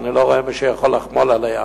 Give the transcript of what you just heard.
כי אני לא רואה שמישהו יכול לחמול עליה,